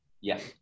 Yes